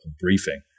briefing